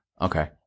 Okay